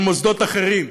של מוסדות אחרים,